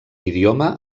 idioma